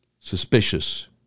suspicious